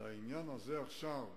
לעניין הזה עכשיו,